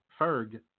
Ferg